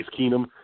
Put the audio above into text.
Keenum